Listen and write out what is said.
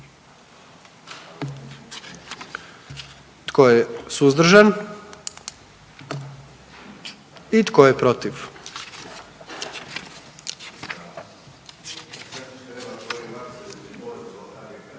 Tko je suzdržan? I tko je protiv?